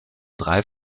drei